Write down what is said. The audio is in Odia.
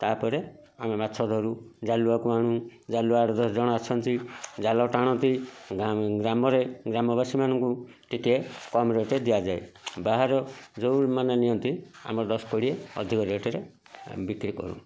ତାପରେ ଆମେ ମାଛଧରୁ ଜାଲୁଆକୁ ଆଣୁ ଜାଲୁଆ ଆଠଦଶ ଜଣ ଆସନ୍ତି ଜାଲ ଟାଣନ୍ତି ଗାଁ ଗ୍ରାମରେ ଗ୍ରାମବାସୀ ମାନଙ୍କୁ ଟିକେ କମ୍ ରେଟରେ ଦିଆଯାଏ ବାହାରୁ ଯେଉଁମାନେ ନିଅନ୍ତି ଆମର ଦଶ କୋଡ଼ିଏ ଅଧିକ ରେଟରେ ବିକ୍ରୀ ଆମେ କରୁ